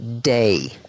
day